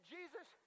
Jesus